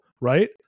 right